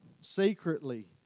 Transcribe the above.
secretly